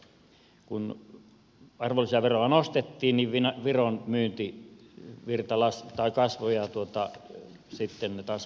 kun arvonlisäveroa nostettiin niin viron myyntivirta kasvoi ja sitten taas altian osalta tulo heikkeni